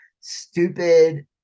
stupid